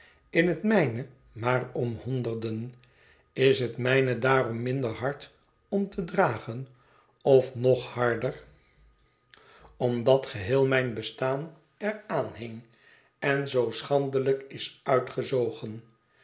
in het mijne maar om honderden is het mijne daarom minder hard om te dragen of nog harder omjm het verlaten huis dat geheel mijn bestaan er aan hing en zoo schandelijk is uitgezogen